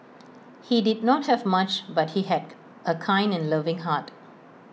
he did not have much but he had A kind and loving heart